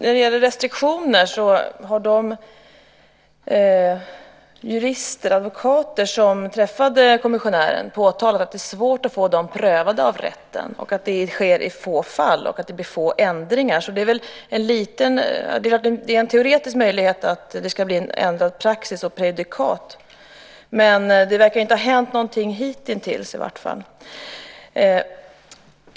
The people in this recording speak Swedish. Fru talman! De jurister och advokater som träffade kommissionären har påtalat att det är svårt att få restriktionerna prövade av rätten. Det sker i få fall, och det blir få ändringar. Det är en teoretisk möjlighet att det ska bli ändrad praxis och prejudikat, men det verkar i vart fall inte ha hänt någonting hittills.